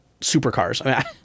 supercars